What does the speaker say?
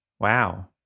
Wow